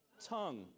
tongue